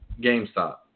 GameStop